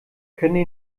können